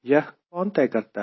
यह कौन तय करता है